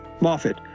Moffat